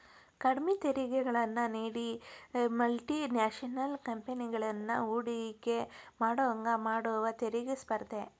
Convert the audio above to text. ಕಡ್ಮಿ ತೆರಿಗೆಗಳನ್ನ ನೇಡಿ ಮಲ್ಟಿ ನ್ಯಾಷನಲ್ ಕಂಪೆನಿಗಳನ್ನ ಹೂಡಕಿ ಮಾಡೋಂಗ ಮಾಡುದ ತೆರಿಗಿ ಸ್ಪರ್ಧೆ